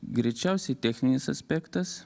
greičiausiai techninis aspektas